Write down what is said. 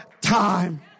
time